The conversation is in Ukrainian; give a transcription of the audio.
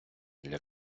для